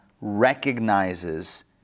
recognizes